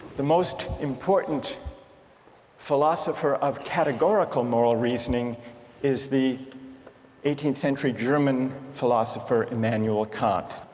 the most important philosopher of categorical moral reasoning is the eighteenth century german philosopher emmanuel kant.